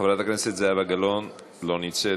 חברת הכנסת זהבה גלאון, לא נמצאת,